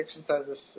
exercises